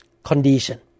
Condition